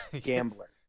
gambler